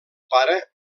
pare